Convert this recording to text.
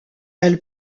elle